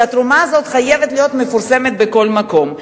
שחייבת להיות מפורסמת בכל מקום.